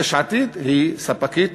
יש עתיד היא ספקית